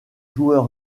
joueur